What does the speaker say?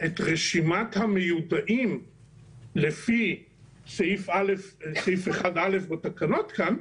את רשימת המיודעים לפי סעיף 1(א) בתקנות כאן,